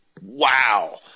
Wow